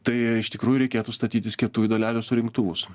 tai iš tikrųjų reikėtų statytis kietųjų dalelių surinktuvus